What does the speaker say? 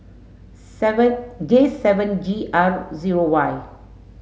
seven J seven G R zero Y